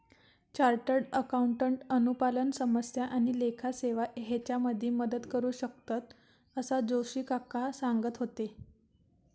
chartered accountant अनुपालन समस्या आणि लेखा सेवा हेच्यामध्ये मदत करू शकतंत, असा जोशी काका सांगत होते